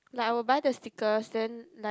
like I will buy the stickers then like